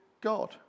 God